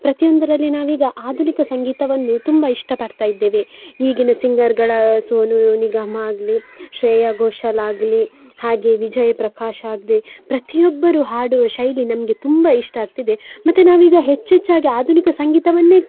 ಪ್ರತಿಯೊಂದರಲ್ಲಿ ನಾವೀಗ ಆಧುನಿಕ ಸಂಗೀತವನ್ನು ತುಂಬ ಇಷ್ಟಪಡ್ತಾ ಇದ್ದೇವೆ ಈಗಿನ ಸಿಂಗರ್ಗಳು ಸೋನು ನಿಗಮ್ ಆಗಲಿ ಶ್ರೇಯಾ ಘೋಷಾಲ್ ಆಗಲಿ ಹಾಗೆ ವಿಜಯ್ ಪ್ರಕಾಶ್ ಆಗಲಿ ಪ್ರತಿಯೊಬ್ಬರು ಹಾಡುವ ಶೈಲಿ ನಮಗೆ ತುಂಬ ಇಷ್ಟ ಆಗ್ತಿದೆ ಮತ್ತೆ ನಾವೀಗ ಹೆಚ್ಚೆಚ್ಚಾಗಿ ಆಧುನಿಕ ಸಂಗೀತವನ್ನೇ